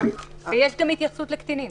ויש גם התייחסות לקטינים.